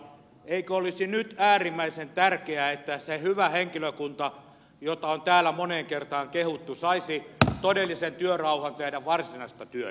eikö olisi nyt äärimmäisen tärkeää että se hyvä henkilökunta jota on täällä moneen kertaan kehuttu saisi todellisen työrauhan tehdä varsinaista työtään